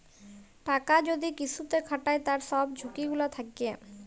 টাকা যদি কিসুতে খাটায় তার সব ঝুকি গুলা থাক্যে